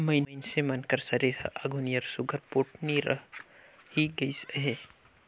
मइनसे मन कर सरीर हर आघु नियर सुग्घर पोठ नी रहि गइस अहे